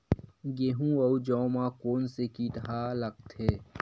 गेहूं अउ जौ मा कोन से कीट हा लगथे?